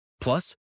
Plus